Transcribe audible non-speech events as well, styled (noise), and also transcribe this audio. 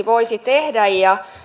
(unintelligible) voisi tehdä ja